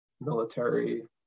military